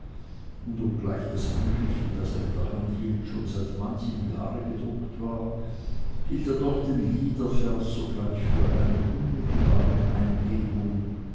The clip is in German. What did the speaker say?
und obgleich das büchlein das er in der hand hielt schon seit manchem jahre gedruckt war hielt er doch den liedervers sogleich für eine unmittelbare eingebung